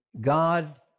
God